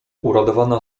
uradowana